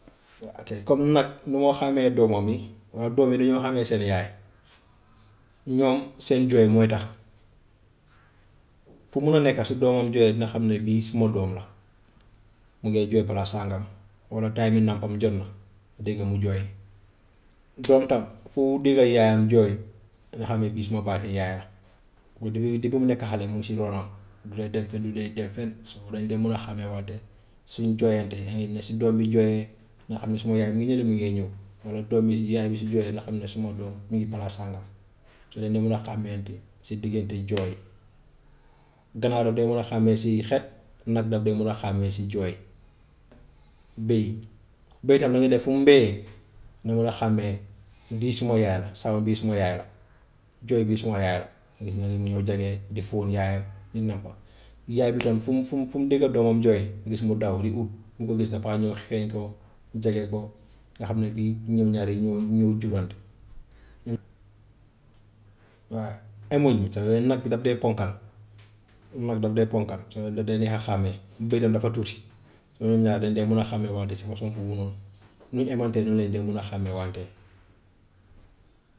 Waa ake comme nag nu moo xàmmee doomam yi, walla doom yi ni ñoo xàmmee seen yaay, ñoom seen jooy mooy tax fu mu mun a nekka su doomam jooyee dina xam ne bii suma doom la, mu ngay jooy palaas sangam, walla time nàmgam jot na nga dégg mu jooy. Doom tam foo dégga yaayam jooy na xam ne bii suma baati yaay la, moom depuis depuis mu nekk xale mu ngi si loolu noonu du dee dem fenn du dee dem fenn so dañ dee mun a xàmmewante, suñ jooyantee ngay yëg ne su doom yi jooyee na xam ne suma yaay mu ngi nële mu ngee ñëw, walla doom yi yaay bi su joyee na xam ne suma doom mu ngi palaas sangam, si leen di mun a xàmmante si diggante jooy. Ganaar daf dee mun a xàmme si xet, nag daf dee mun a xàmmee si jooy. Bëy, bëy tam ñu ne fu mu mbeyee ñu mën a xàmmee bii suma yaay la, sound bii suma yaay la, jooy bii suma yaay la, nga gis nag mu ñëw jege di fóon yaayam, di nàmpa. Yaay bi tam fu mu fu mu fu mu dégga doomam jooy nga gis mu daw di ut, nga gis dafa ñëw xeeñ ko, jege ko, nga xam ne bii ñoom ñaar yi ñoo ñoo jurante. Waa emuñ c'est que nag daf dee ponkal, nag daf dee ponkal, so daf dee neex a xàmme, bëy tam dafa tuuti, so ñoom ñaar daf dee mun a xàmmeewaate nu ñu emntee noonu lañ dee xàmmewante.